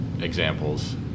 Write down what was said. examples